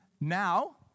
Now